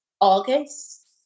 August